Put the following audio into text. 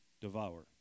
devour